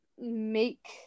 make